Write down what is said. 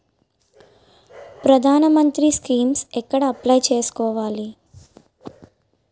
ప్రధాన మంత్రి స్కీమ్స్ ఎక్కడ అప్లయ్ చేసుకోవాలి?